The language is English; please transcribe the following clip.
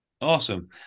Awesome